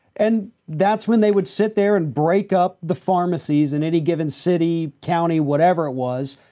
and that's when they would sit there and break up the pharmacies in any given city, county, whatever it was,